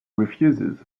refuses